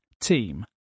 team